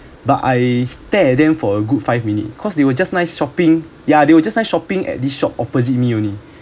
but I stare at them for a good five minute cause they were just nice shopping ya they will just nice shopping at this shop opposite me only